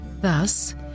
Thus